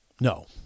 No